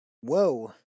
Whoa